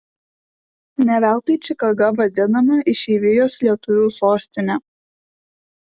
ne veltui čikaga vadinama išeivijos lietuvių sostine